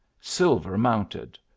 silver-mounted